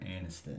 Aniston